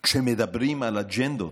כשמדברים על אג'נדות,